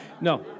No